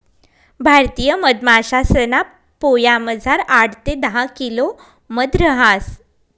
भारतीय मधमाशासना पोयामझार आठ ते दहा किलो मध रहास